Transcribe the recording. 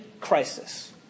crisis